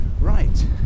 Right